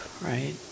right